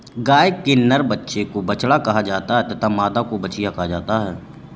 गाय के नर बच्चे को बछड़ा कहा जाता है तथा मादा को बछिया कहा जाता है